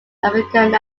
african